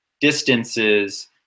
distances